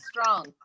Strong